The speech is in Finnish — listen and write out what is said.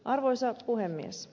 arvoisa puhemies